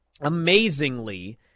Amazingly